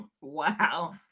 Wow